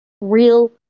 real